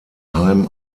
heim